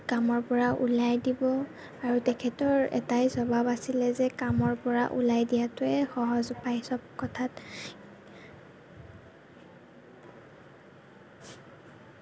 মোক কামৰ পৰা ওলাই দিব আৰু তেখেতৰ এটাই স্বভাৱ আছিলে যে কামৰ পৰা ওলাই দিয়াটোৱে সহজ উপায় চব কথাত